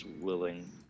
willing